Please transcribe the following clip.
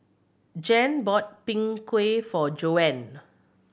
Jan bought Png Kueh for Joan